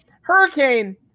Hurricane